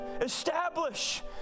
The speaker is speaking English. establish